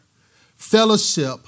fellowship